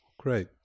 Great